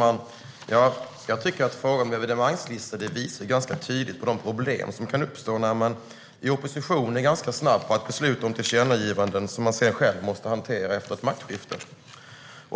Herr talman! Jag tycker att frågan om en evenemangslista ganska tydligt visar på de problem som kan uppstå när man i opposition är snabb att besluta om tillkännagivanden som man sedan själv måste hantera efter ett maktskifte.